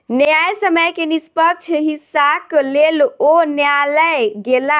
न्यायसम्य के निष्पक्ष हिस्साक लेल ओ न्यायलय गेला